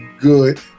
good